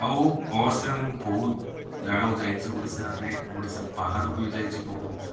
ଆଉ ବସ୍ରେ ମୁଁ ବହୁତ ଜାଗାକୁ ଯାଇଛି ଓଡ଼ିଶାରେ ଓଡ଼ିଶା ବାହାରକୁ ବି ଯାଇଛି ବହୁତ